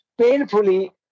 painfully